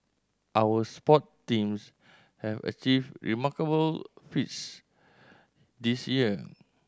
our sport teams have achieved remarkable feats this year